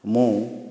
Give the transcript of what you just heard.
ମୁଁ